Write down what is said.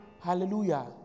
Hallelujah